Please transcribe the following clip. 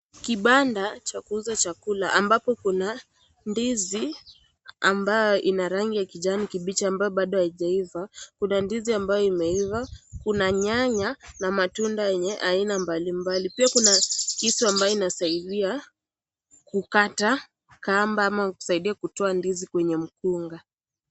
Kibanda cha kuuza chakula ambapo kuna ndizi ambayo ina rangi ya kijani kibichi ambayo bado haijaiva. Kuna ndizi ambayo imeiva kuna nyanya na matunda yenye aina mbalimbali. Pia kuna kisu ambayo inasaidia kukata kamba au kusaidia kutoa ndizi kwenye mkunga.